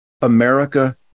America